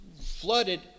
flooded